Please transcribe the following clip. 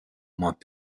moins